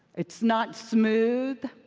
it's not smooth.